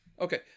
Okay